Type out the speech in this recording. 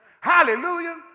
Hallelujah